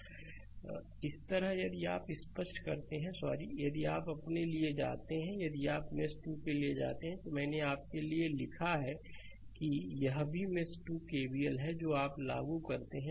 slide समय देखें 1040 इसी तरह यदि आप इसे स्पष्ट करते हैं सॉरी यदि आप अपने के लिए जाते हैं यदि आप मेष 2 के लिए जाते हैं तो मैंने आपके लिए लिखा है कि यह भी मेष 2 केवीएल है जो आप लागू करते हैं